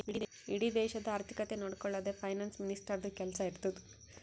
ಇಡೀ ದೇಶದು ಆರ್ಥಿಕತೆ ನೊಡ್ಕೊಳದೆ ಫೈನಾನ್ಸ್ ಮಿನಿಸ್ಟರ್ದು ಕೆಲ್ಸಾ ಇರ್ತುದ್